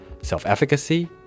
self-efficacy